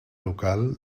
local